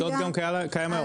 טיסות קיים גם היום.